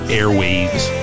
airwaves